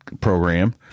Program